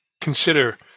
consider